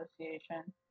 Association